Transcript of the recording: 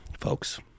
folks